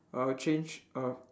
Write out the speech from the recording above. I would change uh